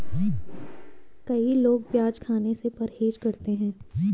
कई लोग प्याज खाने से परहेज करते है